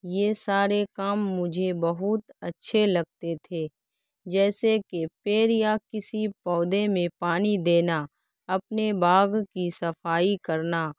یہ سارے کام مجھے بہت اچھے لگتے تھے جیسے کہ پیڑ یا کسی پودے میں پانی دینا اپنے باغ کی صفائی کرنا